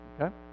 okay